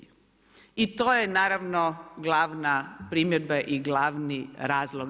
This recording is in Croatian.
I to je naravno glavna primjedba i glavni razloga.